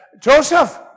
Joseph